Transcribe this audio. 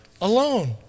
alone